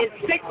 six